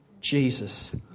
Jesus